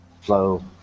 flow